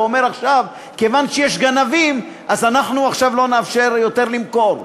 ואומר עכשיו: כיוון שיש גנבים אז אנחנו עכשיו לא נאפשר יותר למכור,